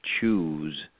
Choose